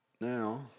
now